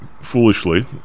foolishly